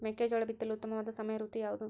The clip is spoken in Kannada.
ಮೆಕ್ಕೆಜೋಳ ಬಿತ್ತಲು ಉತ್ತಮವಾದ ಸಮಯ ಋತು ಯಾವುದು?